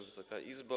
Wysoka Izbo!